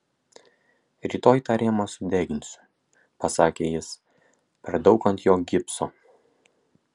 rytoj tą rėmą sudeginsiu pasakė jis per daug ant jo gipso